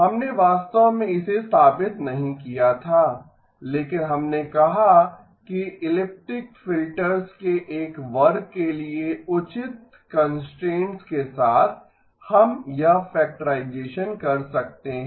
हमने वास्तव में इसे साबित नहीं किया था लेकिन हमने कहा कि इलिप्टिक फिल्टर्स के एक वर्ग के लिए उचित कंस्ट्रेंट्स के साथ हम यह फैक्टराइजेसन कर सकते हैं